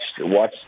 watch